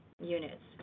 units